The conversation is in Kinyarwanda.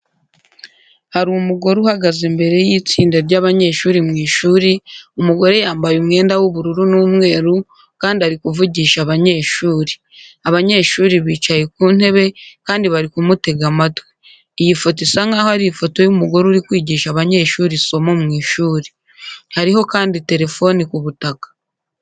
Hari umugore uhagaze imbere y'itsinda ry'abanyeshuri mu ishuri. Umugore yambaye umwenda w'ubururu n'umweru, kandi ari kuvugisha abanyeshuri. Abanyeshuri bicaye ku ntebe, kandi bari kumutega amatwi. Iyi foto isa nk'aho ari ifoto y'umugore uri kwigisha abanyeshuri isomo mu ishuri. Hariho kandi telefoni ku butaka.